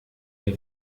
mir